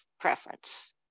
preference